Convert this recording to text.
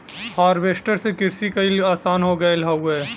harvester से किरसी कईल आसान हो गयल हौवे